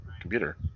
computer